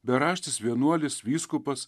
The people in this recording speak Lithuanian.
beraštis vienuolis vyskupas